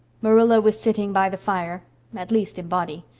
marilla was sitting by the fire at least, in body.